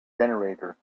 generator